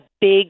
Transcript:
big